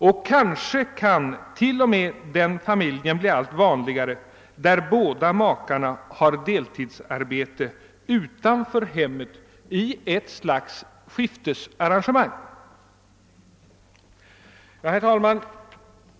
Och kanske kan t.o.m. sådana familjer bli allt flera där båda makarna har deltidsarbete utanför hemmet i ett slags skiftesarrangemang. Herr talman!